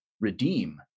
redeem